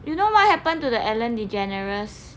you know what happen to the ellen degeneres